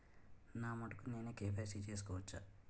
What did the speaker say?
నా మటుకు నేనే కే.వై.సీ చేసుకోవచ్చా?